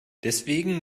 deswegen